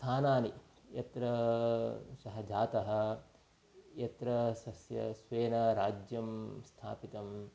स्थानानि यत्र सः जातः यत्र सस्य स्वेन राज्यं स्थापितम्